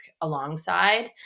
alongside